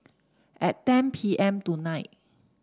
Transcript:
at ten P M tonight